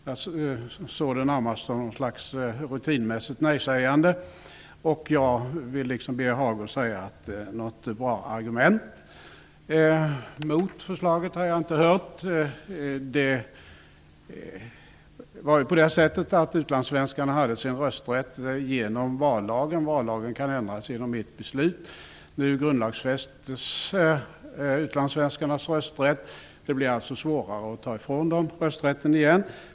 Jag såg det närmast som ett rutinmässigt nej-sägande. Jag vill säga, liksom Birger Hagård, att det inte har framförts något bra argument mot förslaget. Utlandssvenskarna har haft sin rösträtt genom vallagen. Vallagen kan ändras genom ett beslut. Nu grundlagsfästs utlandssvenskarnas rösträtt. Det blir alltså svårare att ta ifrån dem rösträtten igen.